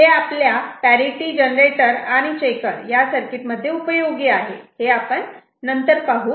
हे आपल्या parity generator आणि चेकर सर्किट मध्ये उपयोगी आहेत हे आपण नंतर पाहू